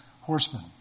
horsemen